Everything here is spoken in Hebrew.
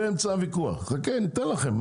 חכה ניתן לכם,